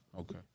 okay